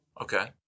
okay